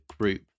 group